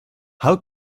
how